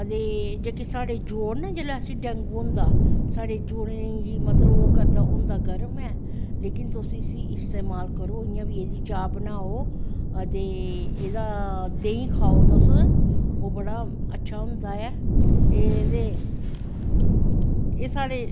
ते जेह्के साढ़े जोड़ नी जिसलै साह्नू डेंगू होंदा साढ़े जोड़े गी करदा मतलव होंदा गर्म ऐ लेकिन तुस इयां इसी इस्तेमाल करो एह्दी चाह् बनाओ ते एह्दे देहीं खाओ तुस ओह् बड़ा अच्छा होंदा ऐ ते एह्दैे एह् साढ़े